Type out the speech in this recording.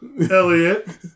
Elliot